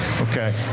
Okay